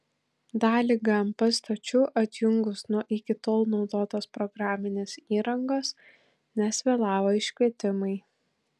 dalį gmp stočių atjungus nuo iki tol naudotos programinės įrangos nes vėlavo iškvietimai